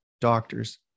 doctors